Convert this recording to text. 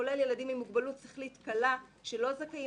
כולל ילדים עם מוגבלות שכלית קלה שלא זכאים